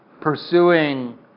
pursuing